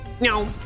no